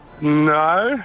No